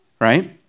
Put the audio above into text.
right